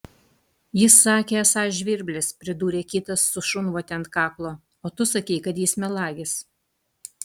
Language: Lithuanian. jis sakė esąs žvirblis pridūrė kitas su šunvote ant kaklo o tu sakei kad jis melagis